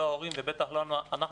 לא ההורים ובטח לא אנחנו,